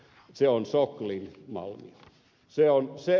se on soklin malli